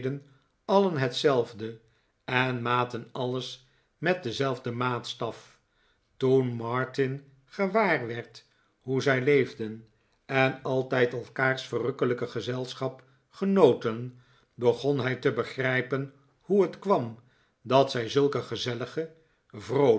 alien hetzelfde en maten alles met denzelfden maatstaf toen martin gewaar werd hoe zij leefden en altijd elkaars verrukkelijke gezelschap genoten begon hij te begrijpen hoe het kwam dat zij zulke gezellige